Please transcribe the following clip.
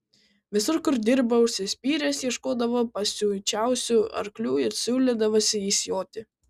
visur kur dirbo užsispyręs ieškodavo pasiučiausių arklių ir siūlydavosi jais joti